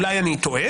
אולי אני טועה,